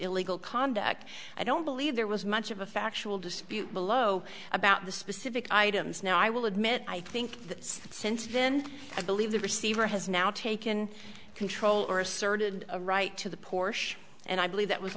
illegal conduct i don't believe there was much of a factual dispute below about the specific items now i will admit i think since then i believe the receiver has now taken control or asserted a right to the porsche and i believe that was